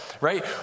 Right